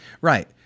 Right